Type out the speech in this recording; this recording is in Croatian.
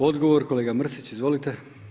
Odgovor kolega Mrsić, izvolite.